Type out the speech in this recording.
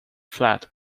flat